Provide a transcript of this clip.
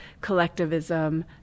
collectivism